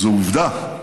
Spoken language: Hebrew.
זו עובדה,